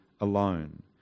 alone